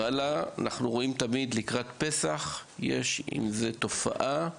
הרעלה תמיד לקראת פסח אנחנו עדים לתופעה הזאת,